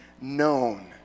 known